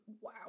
wow